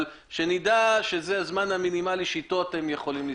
אבל שנדע שזה הזמן המינימלי שאתו אתם יכולים להסתדר.